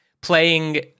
playing